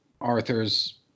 Arthur's